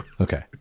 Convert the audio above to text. Okay